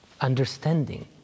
understanding